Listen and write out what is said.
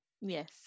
Yes